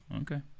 Okay